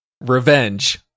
revenge